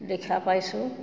দেখা পাইছোঁ